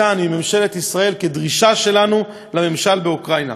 מכאן מממשלת ישראל כדרישה שלנו לממשל באוקראינה.